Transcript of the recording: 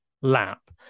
lap